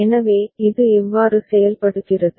எனவே இது எவ்வாறு செயல்படுகிறது